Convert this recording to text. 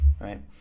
right